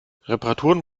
reparaturen